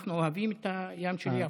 ואנחנו אוהבים את הים של יפו.